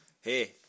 hey